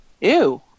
Ew